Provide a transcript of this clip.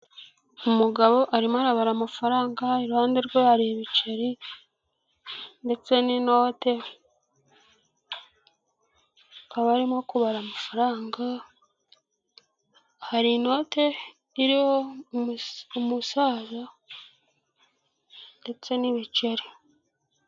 Umugabo arimo arabara amafaranga iruhande rwe hari ibiceri ndetse n'inote akaba arimo kubara amafaranga, hari inote iriho umusaza ndetse n'ibiceri.